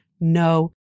No